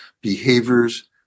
behaviors